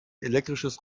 elektrisches